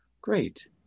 Great